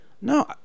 No